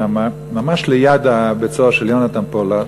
שם, ממש ליד בית-הסוהר של יונתן פולארד,